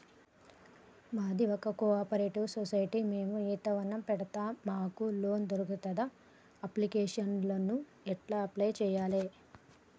మాది ఒక cooperative society మేము ఈత వనం పెడతం మాకు లోన్ దొర్కుతదా? అప్లికేషన్లను ఎట్ల అప్లయ్ చేయాలే?